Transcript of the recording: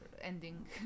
ending